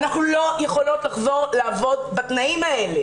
אנחנו לא יכולות לחזור לעבוד בתנאים האלה.